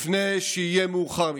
לפני שיהיה מאוחר מדי.